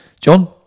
John